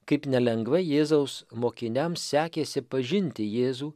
kaip nelengvai jėzaus mokiniams sekėsi pažinti jėzų